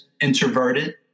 introverted